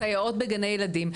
סייעות בגני ילדים,